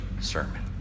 sermon